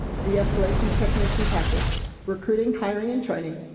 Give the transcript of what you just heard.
de-escalation techniques and tactics, recruiting, hiring and training,